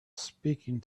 speaking